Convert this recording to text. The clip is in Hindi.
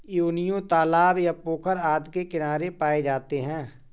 योनियों तालाब या पोखर आदि के किनारे पाए जाते हैं